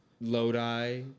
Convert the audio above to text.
Lodi